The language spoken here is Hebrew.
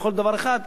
לפחות לדבר אחד,